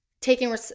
taking